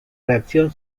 reacción